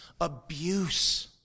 abuse